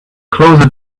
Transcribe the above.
closer